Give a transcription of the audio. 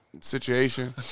situation